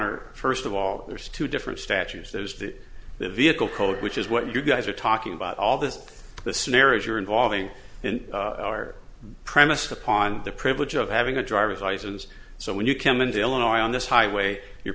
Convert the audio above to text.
honor first of all there's two different statues those that the vehicle code which is what you guys are talking about all this the scenarios you're involving in are premised upon the privilege of having a driver's license so when you come into illinois on this highway you